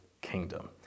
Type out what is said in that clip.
kingdom